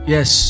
Yes